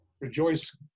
Rejoice